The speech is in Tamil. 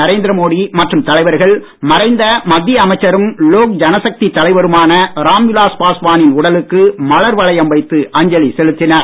நரேந்திர மோடி மற்றும் தலைவர்கள் மறைந்த மத்திய அமைச்சரும் லோக் ஜனசக்தி தலைவருமான ராம்விலாஸ் பாஸ்வா னின் உடலுக்கு மலர் வளையம் வைத்து அஞ்சலி செலுத்தினர்